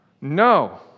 No